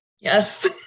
yes